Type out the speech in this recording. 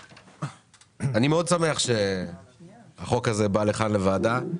אני שמח מאוד שהחוק הזה בא לכאן לוועדה,